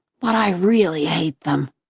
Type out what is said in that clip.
but i really hate them.